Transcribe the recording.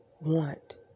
want